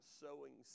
sowing